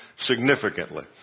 significantly